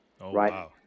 Right